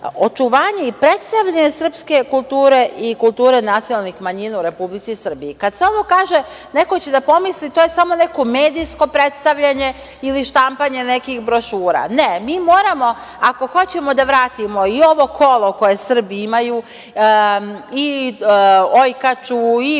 očuvanje i predstavljanje srpske kulture i kulture nacionalnih manjina u Republici Srbiji. Kada se ovo kaže, neko će da pomisli da je to samo neko medijsko predstavljanje ili štampanje nekih brošura. Ne, mi moramo, ako hoćemo da vratimo i ovo kolo koje Srbi imaju, i ojkaču, i